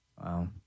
Wow